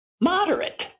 moderate